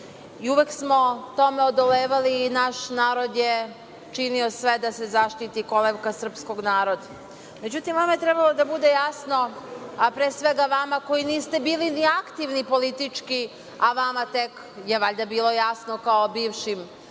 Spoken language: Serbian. Uvek smo tome odolevali, i naš narod je činio sve da se zaštiti kolevka Srpskog naroda.Međutim, vama bi trebalo da bude jasno, a pre svega vama koji niste bili ni aktivni politički, a vama tek je valjda bilo jasno kao bivšim